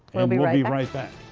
we'll be right right back.